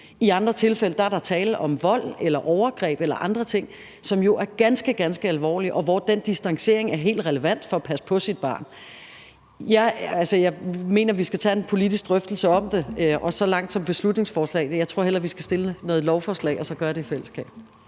I andre tilfælde er der tale om vold eller overgreb eller andre ting, som jo er ganske, ganske alvorlige, og hvor den distancering er helt relevant for at passe på barnet. Jeg mener, at vi skal tage en politisk drøftelse om det. Og frem for at fremsætte et beslutningsforslag tror jeg hellere, at vi skal fremsætte et lovforslag og så gøre det i fællesskab.